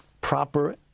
proper